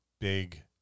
big